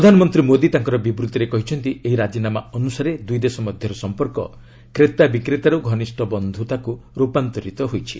ପ୍ରଧାନମନ୍ତ୍ରୀ ମୋଦୀ ତାଙ୍କର ବିବୂତ୍ତିରେ କହିଛନ୍ତି ଏହି ରାଜିନାମା ଅନୁସାରେ ଦୁଇ ଦେଶ ମଧ୍ୟରେ ସମ୍ପର୍କ କ୍ରେତା ବିକ୍ରେତାରୁ ଘନିଷ୍ଠ ବନ୍ଧୁତାକୁ ରୂପାନ୍ତରିତ ହୋଇଛି